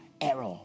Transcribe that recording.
error